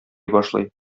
башлый